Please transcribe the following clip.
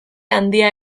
handia